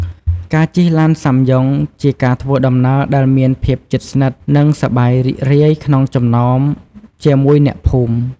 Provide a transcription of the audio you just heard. ការជិះឡានសាំយ៉ុងជាការធ្វើដំណើរដែលមានភាពជិតស្និទ្ធ និងសប្បាយរីករាយក្នុងចំណោមជាមួយអ្នកភូមិ។